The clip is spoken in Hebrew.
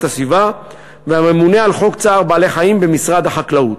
הסביבה והממונה על חוק צער בעלי-חיים במשרד החקלאות.